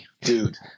Dude